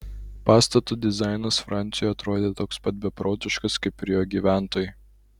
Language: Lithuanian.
pastato dizainas franciui atrodė toks pat beprotiškas kaip ir jo gyventojai